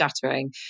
shattering